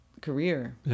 career